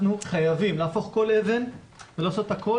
אנחנו חייבים להפוך כל אבן ולעשות הכול